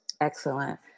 Excellent